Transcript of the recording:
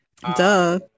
duh